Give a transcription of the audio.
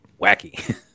wacky